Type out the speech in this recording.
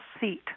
seat